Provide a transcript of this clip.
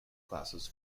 classes